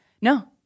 No